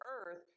earth